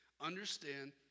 Understand